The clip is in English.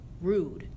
rude